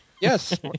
Yes